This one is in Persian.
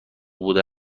بوده